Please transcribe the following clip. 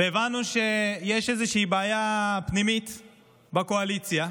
והבנו שיש איזושהי בעיה פנימית בקואליציה,